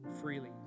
freely